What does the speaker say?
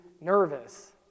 nervous